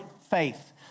faith